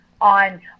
on